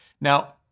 Now